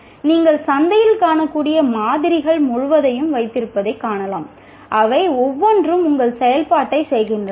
நீங்கள் சந்தையில் காணக்கூடிய மாதிரிகள் முழுவதையும் வைத்திருப்பதைக் காணலாம் அவை ஒவ்வொன்றும் உங்கள் செயல்பாட்டைச் செய்கின்றன